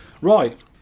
right